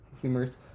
humorous